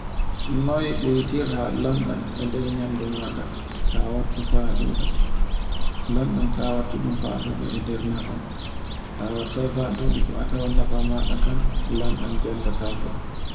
Noy butitta landan e nder yandu maɗa, ya wattu fa a ɗuɗa. Lanɗan ta wattu ɗan faa a ɗuɗa e nder nafa ta wattai fa ɗuɗi fa a tawan nafa maɗa kan lanɗan jaltatako ɗun.